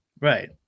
Right